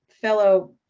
fellow